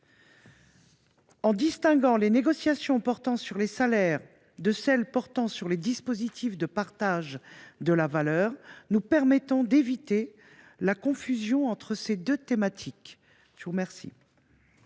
En distinguant les négociations portant sur les salaires de celles qui concernent les dispositifs de partage de la valeur, nous entendons éviter la confusion entre ces deux thématiques. Quel